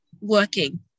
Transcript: working